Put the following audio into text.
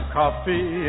coffee